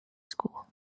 school